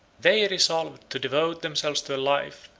they resolved to devote themselves to a life,